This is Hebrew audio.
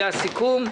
זה הסיכום.